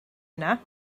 yna